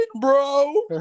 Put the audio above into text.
bro